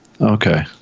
Okay